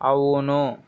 అవును